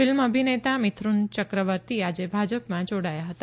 film અભિનેતા મિથુન યક્રવર્તી આજે ભાજપમાં જોડાયા હતા